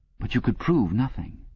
but you could prove nothing.